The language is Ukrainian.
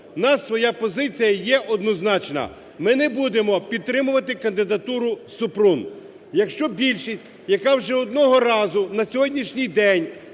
в нас своя позиція є однозначна, ми не будемо підтримувати кандидатуру Супрун. Якщо більшість, яка вже одного разу на сьогоднішній день